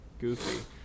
goofy